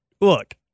look